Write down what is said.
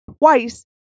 twice